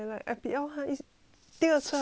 第二次她就 okay liao